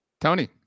Tony